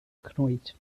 knoeit